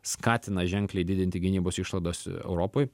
skatina ženkliai didinti gynybos išlaidas europoj